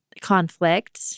conflict